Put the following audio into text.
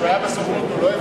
כשהוא היה בסוכנות הוא לא,